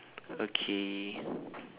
okay